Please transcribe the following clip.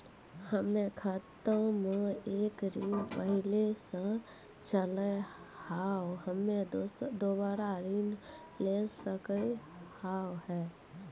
हमर खाता मे एक ऋण पहले के चले हाव हम्मे दोबारा ऋण ले सके हाव हे?